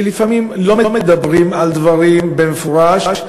לפעמים לא מדברים על דברים במפורש,